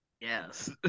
yes